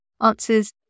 answers